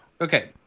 Okay